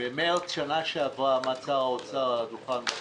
במרץ שנה שעברה, עמד שר האוצר על הדוכן בכנסת,